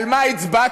על מה הצבעתם,